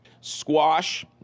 Squash